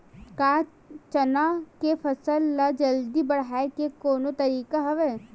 का चना के फसल ल जल्दी बढ़ाये के कोनो तरीका हवय?